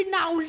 now